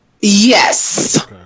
yes